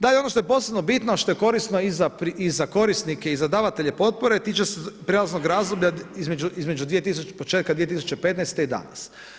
Dalje, ono što je posebno bitno, što je korisno i za korisnike i za davatelje potpore, tiče se prelaznog razdoblja između početka 2015. i danas.